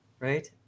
Right